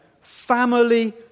family